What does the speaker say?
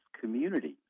communities